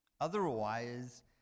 Otherwise